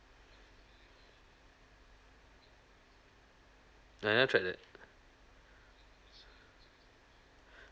I never tried that